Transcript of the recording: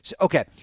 Okay